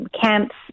camps